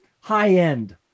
high-end